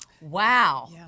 Wow